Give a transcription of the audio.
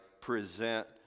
present